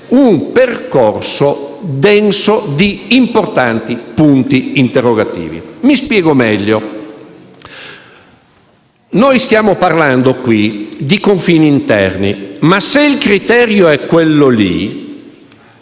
un percorso denso di importanti punti interrogativi. Mi spiego meglio. Noi stiamo parlando qui di confini interni, ma se il criterio è questo e